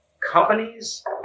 companies